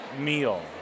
meal